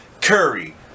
Curry